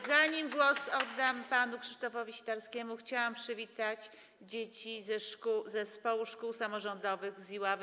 Zanim głos oddam panu Krzysztofowi Sitarskiemu, chciałam przywitać dzieci z zespołu szkół samorządowych z Iławy.